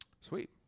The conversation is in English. Sweet